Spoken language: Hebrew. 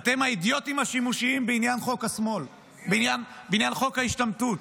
אתם האידיוטים השימושיים בעניין חוק השתמטות.